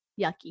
yucky